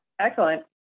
Excellent